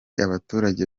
abaturage